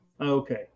Okay